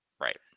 Right